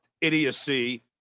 idiocy